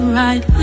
right